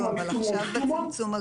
לא כתומות.